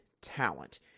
talent